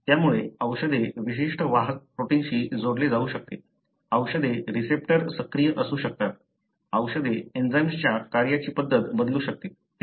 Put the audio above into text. तर त्यामुळे औषधे विशिष्ट वाहक प्रोटिन्सशी जोडले जाऊ शकते औषधे रिसेप्टर सक्रिय करू शकतात औषधे एंजाइमच्या कार्याची पद्धत बदलू शकते